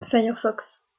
firefox